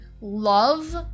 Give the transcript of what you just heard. love